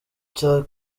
cya